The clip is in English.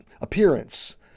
appearance